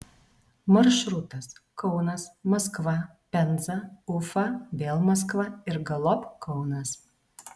maršrutas kaunas maskva penza ufa vėl maskva ir galop kaunas